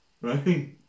Right